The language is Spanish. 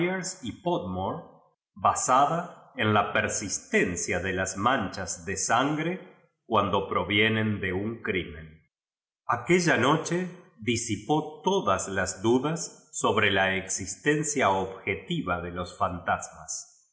basada en la persistencia de las manchas de sangre cuando provienen de nn crimen aquella noche disipó todas las dudas soi n a utertfs do toa